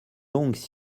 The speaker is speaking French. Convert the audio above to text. longues